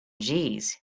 jeez